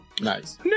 Nice